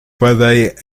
vadeia